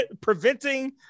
preventing